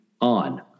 on